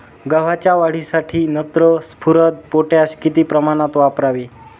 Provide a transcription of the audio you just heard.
गव्हाच्या वाढीसाठी नत्र, स्फुरद, पोटॅश किती प्रमाणात वापरावे?